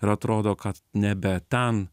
ir atrodo kad nebe ten